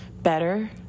better